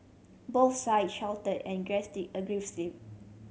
both sides shouted and aggressive